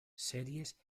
series